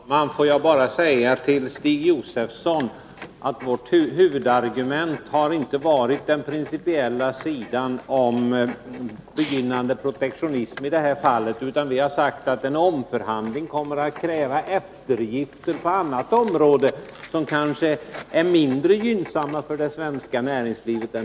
Herr talman! Får jag bara säga till Stig Josefson att vårt huvudargument i det här fallet inte har avsett den principiella frågan om begynnande protektionism. Vad vi har sagt är att en omförhandling kommer att kräva eftergifter på ett annat område, som kanske skulle vara mindre gynnsamma för det svenska näringslivet.